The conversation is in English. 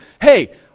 hey